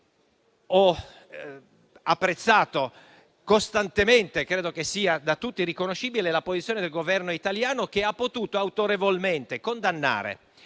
ho apprezzato costantemente - e credo sia da tutti riconoscibile - la posizione del Governo italiano che ha potuto autorevolmente condannare